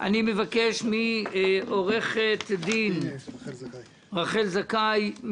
את זכות הדיבור אני מבקש לתת אותה לעו"ד רחל זכאי,